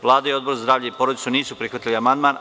Vlada i Odbor za zdravlje i porodicu nisu prihvatili amandman.